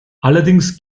allerdings